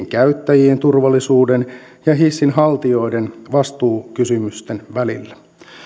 käyttäjien turvallisuuden ja hissinhaltijoiden vastuukysymysten välillä